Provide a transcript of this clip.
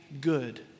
good